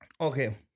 Okay